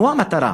הוא המטרה,